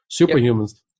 superhumans